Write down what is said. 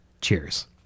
cheers